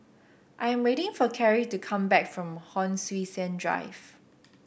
I am waiting for Kerry to come back from Hon Sui Sen Drive